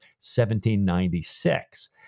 1796